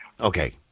Okay